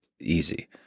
easy